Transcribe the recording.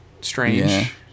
strange